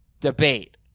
debate